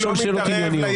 לשאול שאלות ענייניות.